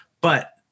but-